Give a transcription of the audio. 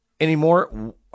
anymore